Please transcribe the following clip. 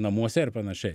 namuose ir panašiai